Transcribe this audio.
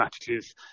strategies